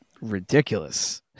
ridiculous